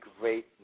great